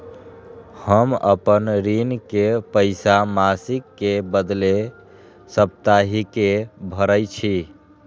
हम अपन ऋण के पइसा मासिक के बदले साप्ताहिके भरई छी